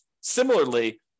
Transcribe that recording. Similarly